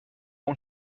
اون